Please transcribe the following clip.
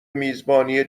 میزبانی